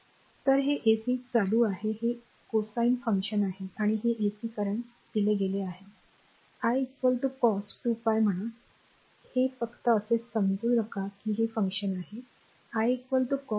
तर हे एसी चालू आहे हे कोसाइन फंक्शन आहे आणि हे एसी करंट दिले गेले आहे i कॉस्ट 2π म्हणा हे फक्त असे समजू नका की हे फंक्शन आहे i कॉस 2πt